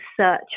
search